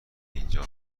اینجا